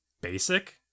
basic